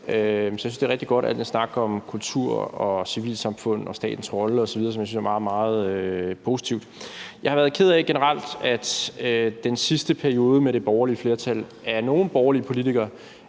Jeg synes, det er rigtig godt med al den snak om kultur og civilsamfund og statens rolle osv. Det synes jeg er meget, meget positivt. Jeg har generelt været ked af, at den sidste periode med borgerligt flertal af nogle borgerlige politikere